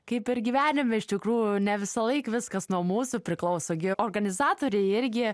kaip ir gyvenime iš tikrųjų ne visąlaik viskas nuo mūsų priklauso gi organizatoriai irgi